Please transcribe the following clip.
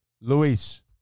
Luis